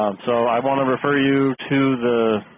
so i want to refer you to the